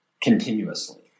continuously